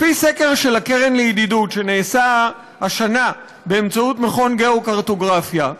לפי סקר של הקרן לידידות שנעשה השנה באמצעות מכון "גיאוקרטוגרפיה",